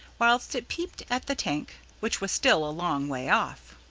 whilst it peeped at the tank, which was still a long way off.